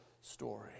story